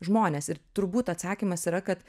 žmonės ir turbūt atsakymas yra kad